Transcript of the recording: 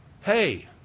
Hey